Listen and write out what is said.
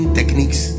techniques